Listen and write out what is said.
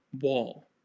wall